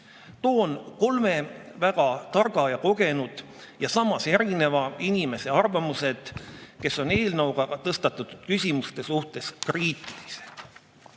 kolme väga targa ja kogenud, samas erineva inimese arvamused, kes on eelnõuga tõstatatud küsimuste suhtes kriitilised.